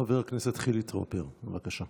חבר הכנסת חילי טרופר, בבקשה.